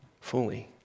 fully